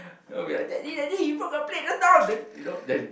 then I'll be like daddy daddy you broke a plate just now then you know then